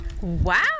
Wow